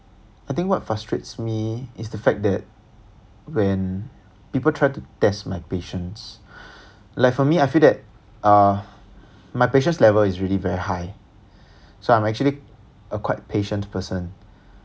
I think what frustrates me is the fact that when people try to test my patience like for me I feel that uh my patience level is really very high so I'm actually a quite patient person